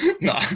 no